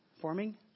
Forming